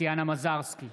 טטיאנה מזרסקי,